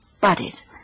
Buddies